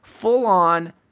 full-on